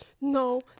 No